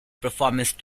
performance